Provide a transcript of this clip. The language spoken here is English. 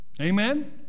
amen